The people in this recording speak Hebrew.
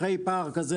אחרי פער כזה,